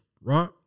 right